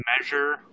measure